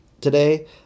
today